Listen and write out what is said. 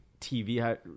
TV